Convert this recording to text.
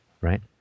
right